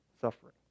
suffering